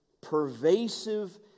pervasive